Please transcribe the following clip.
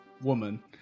woman